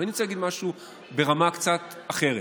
אבל אני רוצה להגיד משהו ברמה קצת אחרת.